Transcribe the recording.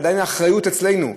עדיין האחריות אצלנו.